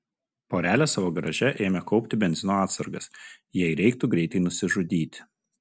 porelė savo garaže ėmė kaupti benzino atsargas jei reiktų greitai nusižudyti